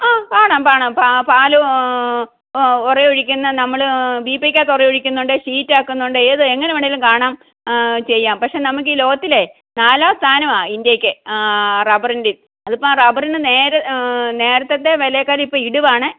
ആ കാണാം കാണാം പാല് ഉറയൊഴിക്കുന്നത് നമ്മൾ വീപ്പയ്ക്ക് അകത്ത് ഉറയൊഴിക്കുന്നുണ്ട് ഷീറ്റ് ആക്കുന്നുണ്ട് ഏത് എങ്ങനെ വേണമെങ്കിലും കാണാം ചെയ്യാം പക്ഷെ നമുക്ക് ഈ ലോകത്തിലെ നാലാം സ്ഥാനമാ ഇന്ത്യക്ക് റബ്ബറിൻറ്റെം അത് ഇപ്പോൾ റബ്ബറിന് നേരെ നേരത്തത്തെ വിലയേക്കാൾ ഇപ്പോൾ ഇടിവാണ്